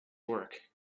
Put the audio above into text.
work